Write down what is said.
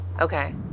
Okay